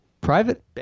Private